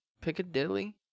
Piccadilly